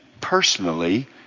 personally